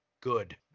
Good